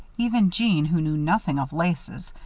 even jeanne, who knew nothing of laces,